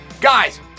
Guys